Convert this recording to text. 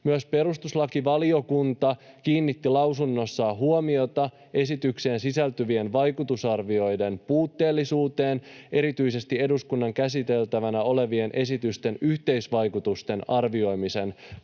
Myös perustuslakivaliokunta kiinnitti lausunnossaan huomiota esitykseen sisältyvien vaikutusarvioiden puutteellisuuteen erityisesti eduskunnan käsiteltävänä olevien esitysten yhteisvaikutusten arvioimisen kannalta